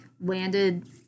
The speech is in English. landed